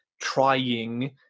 trying